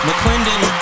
McClendon